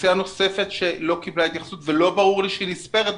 אוכלוסייה נוספת שלא קיבלה התייחסות ולא ברור לי שהיא בכלל נספרת,